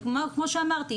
וכמו שאמרתי,